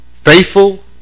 Faithful